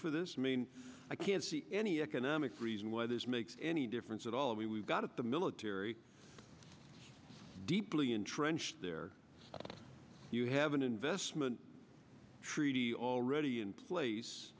for this means i can't see any economic reason why this makes any difference at all we've got at the military deeply entrenched there you have an investment treaty already in place